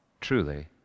truly